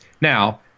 now